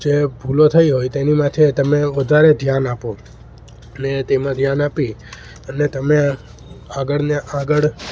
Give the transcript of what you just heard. જે ભૂલો થઈ હોય તેની માથે તમે વધારે ધ્યાન આપો અને તેમાં ધ્યાન આપી અને તમે આગળ અને આગળ